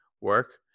work